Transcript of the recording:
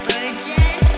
Burgess